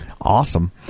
Awesome